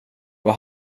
vad